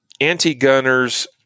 anti-gunners